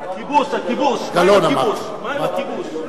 הכיבוש, הכיבוש, מה עם הכיבוש?